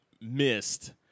missed